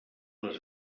les